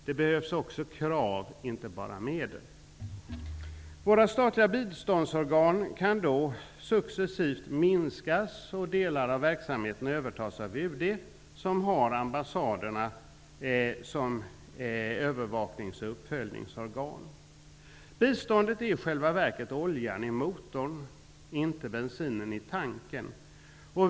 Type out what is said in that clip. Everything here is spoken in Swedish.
Det behövs också krav, inte bara medel. Våra statliga biståndsorgan kan då successivt minskas och delar av verksamheten övertas av UD, som har ambassaderna som övervaknings och uppföljningsorgan. Biståndet är i själva verket oljan i motorn -- inte bensinen i tanken.